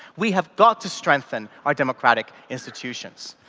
we have got to strengthen our democratic institutions.